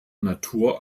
natur